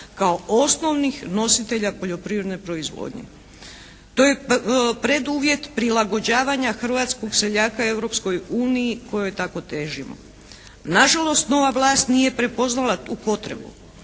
kao osnovnih nositelja poljoprivredne proizvodnje. To je preduvjet prilagođavanja hrvatskog seljaka Europskoj uniji kojoj tako težimo. Na žalost nova vlast nije prepoznala tu potrebu.